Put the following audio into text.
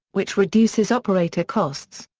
which reduces operator costs.